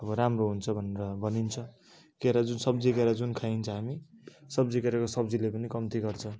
अब राम्रो हुन्छ भनेर भनिन्छ केरा जुन सब्जी केरा जुन खाइन्छ हामी सब्जी केराको सब्जीले पनि कम्ती गर्छ